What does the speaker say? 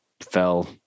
fell